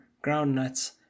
groundnuts